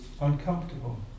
uncomfortable